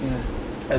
mm